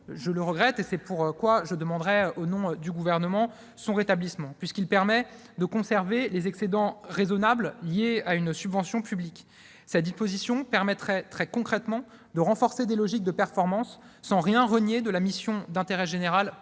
Je le regrette ; c'est pourquoi je demanderai, au nom du Gouvernement, son rétablissement. Il permet en effet aux associations de conserver les excédents raisonnables liés à une subvention publique. Cette disposition permettrait très concrètement de renforcer des logiques de performance sans rien renier de la mission d'intérêt général portée